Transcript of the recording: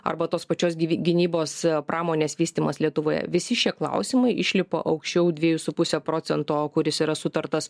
arba tos pačios gvi gynybos pramonės vystymas lietuvoje visi šie klausimai išlipo aukščiau dviejų su puse procento kuris yra sutartas